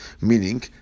Meaning